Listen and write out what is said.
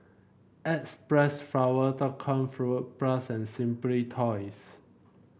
X Press flower dot com Fruit Plus and Simply Toys